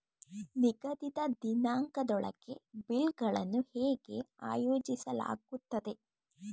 ನಿಗದಿತ ದಿನಾಂಕದೊಳಗೆ ಬಿಲ್ ಗಳನ್ನು ಹೇಗೆ ಆಯೋಜಿಸಲಾಗುತ್ತದೆ?